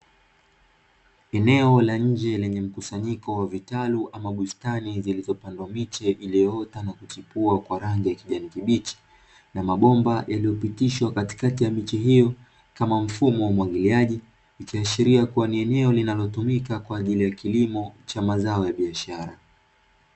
Eneo la nje lenye mkusanyiko vitalu au bustani zilizo pandwa miche iliyoota na kuchipua kwa rangi ya kijani kibichi na mabomba yaliyopitishwa katikati ya miche hiyo, kama mfumo wa umwagiliaji ikiashiria kuwa ni eneno linalotumika kwajili ya kilimo cha mazao ya bishara.